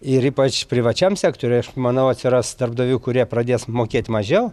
ir ypač privačiam sektoriui aš manau atsiras darbdavių kurie pradės mokėti mažiau